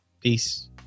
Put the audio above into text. peace